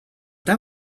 that